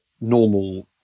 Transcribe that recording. normal